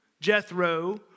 Jethro